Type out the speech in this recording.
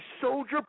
soldier